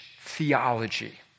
theology